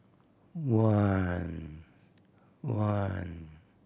one one